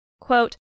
quote